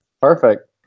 Perfect